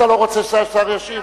אתה לא רוצה שהשר ישיב?